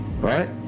Right